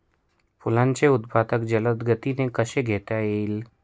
फुलांचे उत्पादन जलद गतीने कसे घेता येईल?